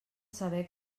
saber